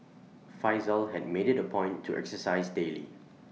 Faisal had made IT A point to exercise daily